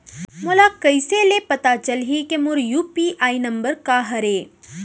मोला कइसे ले पता चलही के मोर यू.पी.आई नंबर का हरे?